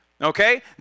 Okay